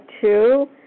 two